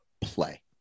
play